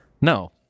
No